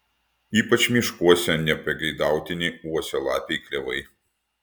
ypač miškuose nepageidautini uosialapiai klevai